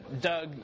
Doug